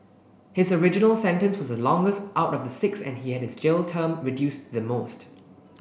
his original sentence was the longest out of the six and he had his jail term reduced the most